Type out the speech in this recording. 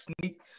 sneak